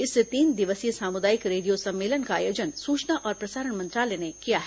इस तीन दिवसीय सामुदायिक रेडियो सम्मेलन का आयोजन सूचना और प्रसारण मंत्रालय ने किया है